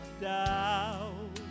down